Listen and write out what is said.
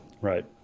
Right